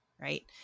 Right